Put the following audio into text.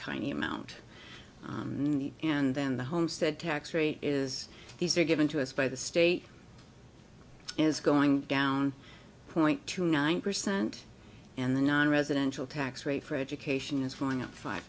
tiny amount and then the homestead tax rate is these are given to us by the state is going down point to nine percent and the nonresidential tax rate for education is filling up five